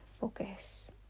focus